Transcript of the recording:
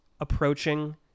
approaching